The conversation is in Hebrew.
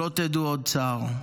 שלא תדעו עוד צער.